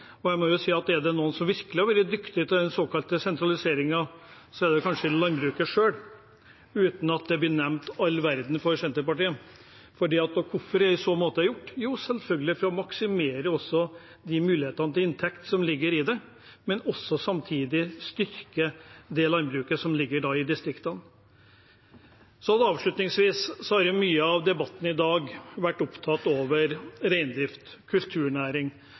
og jeg må jo si at er det noen som virkelig har vært dyktige til såkalt sentralisering, er det landbruket selv, uten at det blir all verdens mye nevnt fra Senterpartiet. Og hvorfor er det i så måte gjort? Jo, selvfølgelig for å maksimere de mulighetene til inntekt som ligger i det, men også samtidig for å styrke det landbruket som ligger i distriktene. Avslutningsvis: I mye av debatten i dag har en vært opptatt av reindrift, kulturnæring